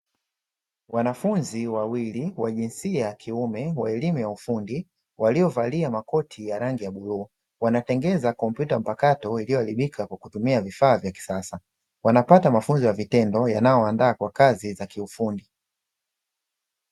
Wanafunzi wawili wa jinsia ya kiume wa elimu ya ufundi, waliovalia makoti ya rangi ya bluu wanatengeneza kompyuta mpakato iliyoharibika kwa kutumia vifaa vya kisasa, wanapata mafunzo ya vitendo yanayowaandaa kwa kazi za kiufundi.